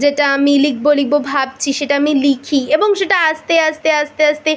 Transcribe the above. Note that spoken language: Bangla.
যেটা আমি লিখব লিখব ভাবছি সেটা আমি লিখি এবং সেটা আস্তে আস্তে আস্তে আস্তে